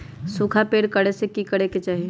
सूखा पड़े पर की करे के चाहि